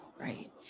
right